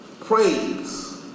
praise